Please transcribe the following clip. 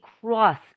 cross